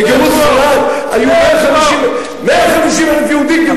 בגירוש ספרד גורשו 150,000 יהודים.